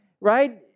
right